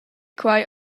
quai